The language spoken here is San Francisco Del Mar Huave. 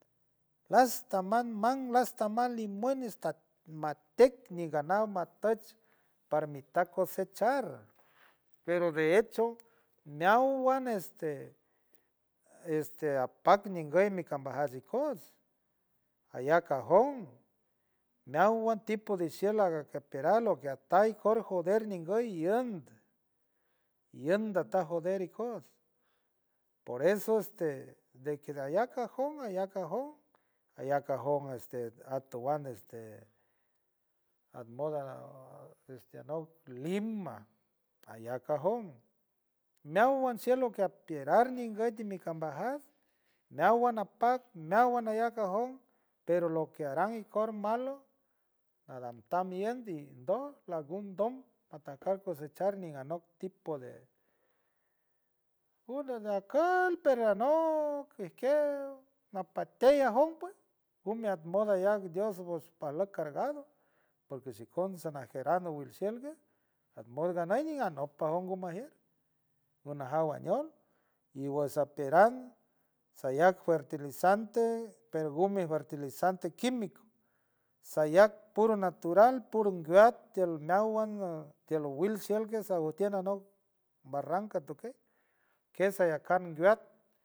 Lastaman man, lastaman limón esta matek mi ganado matuch para mi ta cocechar pero de echo maowan este esta apak nguy ni cambajat ikoots aya cajón meowan tipo de shielaga que ateral o que atay cor joder ngoy yum tajoder ikoots por eso este de que alla cajón, alla cajón, alla cajón este atowan este atmoda, este anock liman alla cajón, meowan cielo que apierar nguy micanmajar meowan apat meowan aya cajon pero lo que haran en forma malo adaptan biandi do no algún do atacar cocechar ni anop tipo de una nacuy pero anock ajkiew mapatey ajop pue yum amot ojala dios cargado por que si conse najerardo wilsenguer amos nguey anop apo ma najier monajaw añolw y wolzalterat sera fertilizante perfume, fertilizante quimico sayat puro natural puro ngat tiel nawan fuiel wilson sajant anop barranca to que, que so de aca embreat.